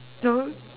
no